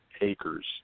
Acres